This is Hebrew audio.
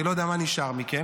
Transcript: אני לא יודע מה נשאר מכם.